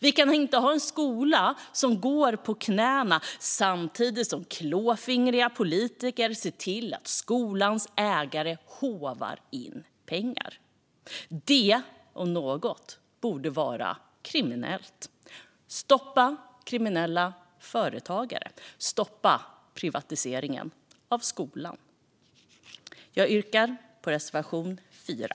Vi kan inte ha en skola som går på knäna samtidigt som klåfingriga politiker ser till att skolans ägare håvar in pengar. Det om något borde vara kriminellt. Stoppa kriminella företagare! Stoppa privatiseringen av skolan! Jag yrkar bifall till reservation 4.